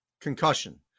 concussion